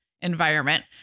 environment